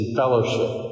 fellowship